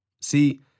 See